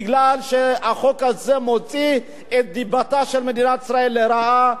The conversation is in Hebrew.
בגלל שהחוק הזה מוציא את דיבתה של מדינת ישראל רעה.